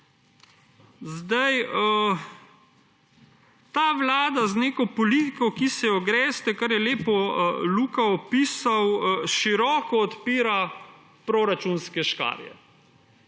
let. Ta vlada z neko politiko, ki se jo greste, kar je lepo Luka opisal, na široko odpira proračunske škarje,